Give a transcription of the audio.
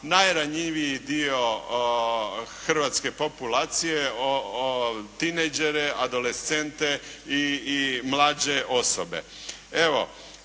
najranjiviji dio hrvatske populacije, tinejđere, adolescente i mlađe osobe.